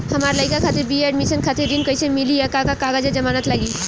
हमार लइका खातिर बी.ए एडमिशन खातिर ऋण कइसे मिली और का का कागज आ जमानत लागी?